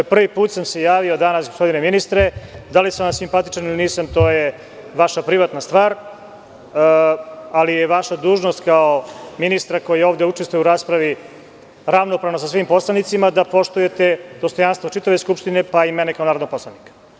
Prvi put sam se javio gospodine ministre, da li sam vam simpatičan ili nisam to je vaša privatna stvar, ali je vaša dužnost kao ministra koji ovde učestvuje u raspravi ravnopravno sa svim poslanicima da poštujete dostojanstvo čitave Skupštine, pa i mene kao narodnog poslanika.